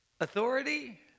Authority